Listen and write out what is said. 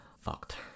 fucked